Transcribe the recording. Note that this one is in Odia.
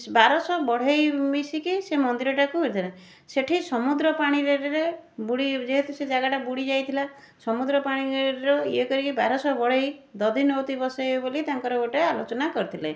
ବାରଶହ ବଢ଼େଇ ମିଶିକି ସେ ମନ୍ଦିରଟାକୁ ସେଇଠି ସମୁଦ୍ର ପାଣିରେ ବୁଡ଼ି ଯେହେତୁ ସେ ଜାଗାଟା ବୁଡ଼ି ଯାଇଥିଲା ସମୁଦ୍ର ପାଣିର ଇଏ କରିକି ବାରଶହ ବଢ଼େଇ ଦଧିନଉତି ବସେଇବେ ବୋଲି ତାଙ୍କର ଗୋଟେ ଆଲୋଚନା କରିଥିଲେ